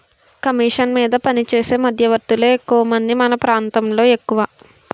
commission మీద పనిచేసే మధ్యవర్తులే ఎక్కువమంది మన ప్రాంతంలో ఎక్కువ